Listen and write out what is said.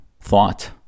thought